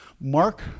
Mark